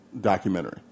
documentary